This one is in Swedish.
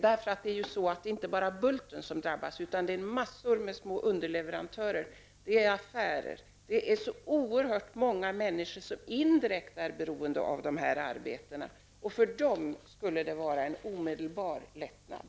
Det är inte bara Bulten som drabbas utan massor av små underleverantörer, affärer och oerhört många människor som indirekt är beroende av dessa arbeten. För dem skulle det vara en omedelbar lättnad.